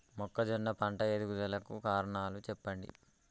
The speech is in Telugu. మొక్కజొన్న పంట ఎదుగుదల కు కారణాలు చెప్పండి?